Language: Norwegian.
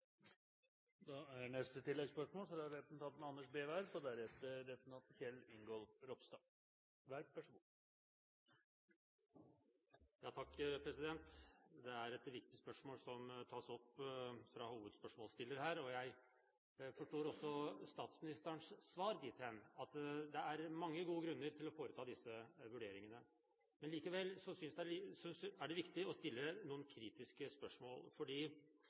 Anders B. Werp – til oppfølgingsspørsmål. Det er et viktig spørsmål som tas opp av hovedspørsmålsstilleren her. Jeg forstår statsministerens svar dit hen at det er mange gode grunner til å foreta disse vurderingene. Likevel er det viktig å stille noen kritiske spørsmål, fordi